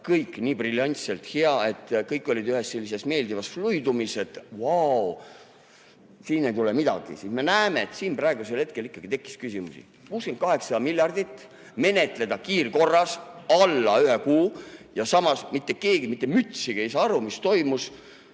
kõik nii briljantselt head, et kõik olid ühes sellises meeldivas fluidumis, et vau, siin ei tule midagi. Me näeme, et siin praegusel hetkel ikkagi tekkis küsimusi. 68 miljardit menetleda kiirkorras alla ühe kuu ja samas mitte keegi mitte mütsigi ei saa aru, mis toimus.